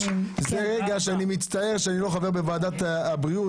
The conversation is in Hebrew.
שאני מצטער שאני לא חבר בוועדת הבריאות,